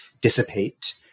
dissipate